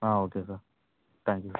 ah okay sir thank you sir